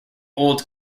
old